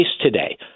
today